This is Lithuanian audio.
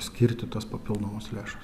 skirti tos papildomos lėšos